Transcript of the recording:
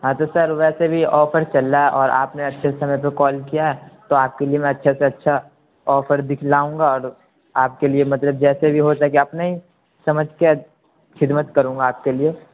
ہاں تو سر ویسے بھی آفر چل رہا ہے اور آپ نے اچھے سمئے پہ کال کیا ہے تو آپ کے لیے میں اچھے سے اچھا آفر دکھلاؤں گا اور آپ کے لیے مطلب جیسے بھی ہو سکے اپنے سمجھ کر خدمت کروں گا آپ کے لیے